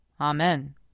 Amen